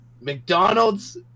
McDonald's